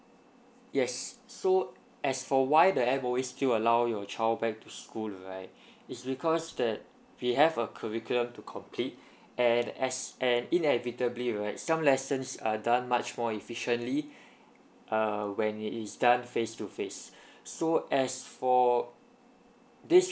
yes so as for why the M_O_E still allow your child back to school right it's because that we have a curriculum to complete and as and inevitably right some lessons are done much more efficiently err when it is done face to face so as for this